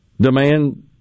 demand